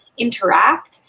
interact,